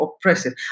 oppressive